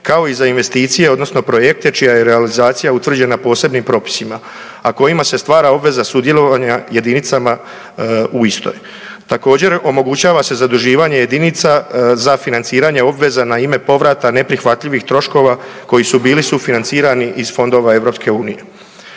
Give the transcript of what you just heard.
kao i za investicije odnosno projekte čija je realizacija utvrđena posebnim propisima a kojima se stvara obveza sudjelovanja jedinicama u istoj. Također, omogućava se zaduživanje jedinica za financiranje obveza na ime povrata neprihvatljivih troškova koji su bili sufinancirani iz fondova EU-a.